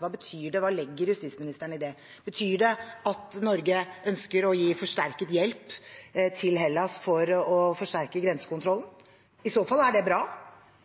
hva betyr det, og hva legger justisministeren i det? Betyr det at Norge ønsker å gi forsterket hjelp til Hellas for å forsterke grensekontrollen? I så fall er det bra.